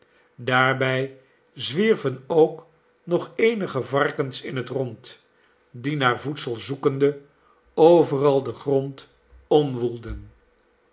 daarbij zwierven ook nog eenige varkens in het rond die naar voedsel zoekende overal den grond